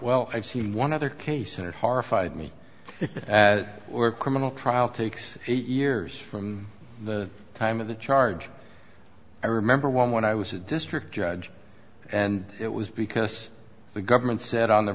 well i've seen one other case and it horrified me at or criminal trial takes eight years from the time of the charge i remember one when i was a district judge and it was because the government said on the